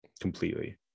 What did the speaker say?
completely